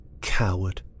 Coward